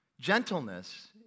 Gentleness